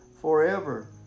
forever